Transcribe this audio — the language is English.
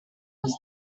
was